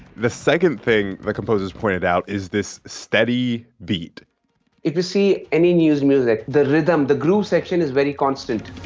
the second thing the composers pointed out is this steady beat if you see any news music, the rhythm, the groove section is very constant.